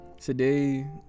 Today